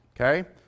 Okay